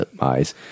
eyes